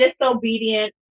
disobedient